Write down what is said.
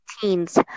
teens